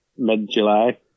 mid-July